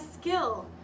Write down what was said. skill